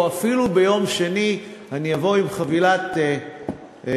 או אפילו ביום שני אני אבוא עם חבילת ניירות,